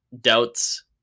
doubts